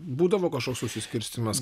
būdavo kažkoks susiskirstymas